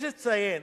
יש לציין